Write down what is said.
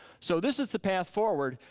so this is the path forward.